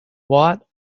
what